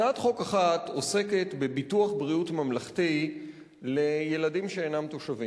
הצעת חוק אחת עוסקת בביטוח בריאות ממלכתי לילדים שאינם תושבים,